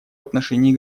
отношении